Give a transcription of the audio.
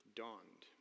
dawned